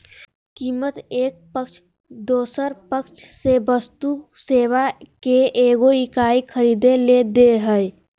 कीमत एक पक्ष दोसर पक्ष से वस्तु सेवा के एगो इकाई खरीदय ले दे हइ